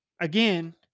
Again